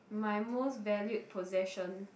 my most valued possession